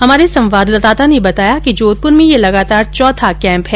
हमारे संवाददाता ने बताया कि जोधपुर में यह लगातार चौथा कैंप है